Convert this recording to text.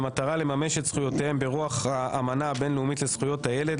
במטרה לממש את זכויותיהם ברוח האמנה הבין-לאומית לזכויות הילד,